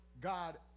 God